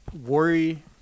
Worry